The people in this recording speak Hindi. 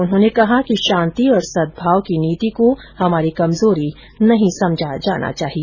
उन्होंने कहा कि शांति और सदभाव की नीति को हमारी कमजोरी नहीं समझा जाना चाहिए